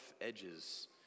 edges